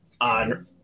on